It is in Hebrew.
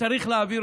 שצריך להעביר,